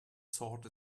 sought